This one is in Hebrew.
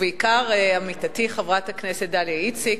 ובעיקר עמיתתי חברת הכנסת דליה איציק,